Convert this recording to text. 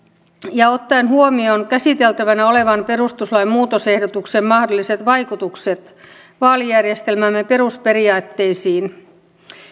ja ottaen huomioon käsiteltävänä olevan perustuslain muutosehdotuksen mahdolliset vaikutukset vaalijärjestelmämme perusperiaatteisiin